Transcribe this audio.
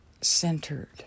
centered